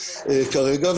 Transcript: כרגע,